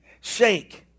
shake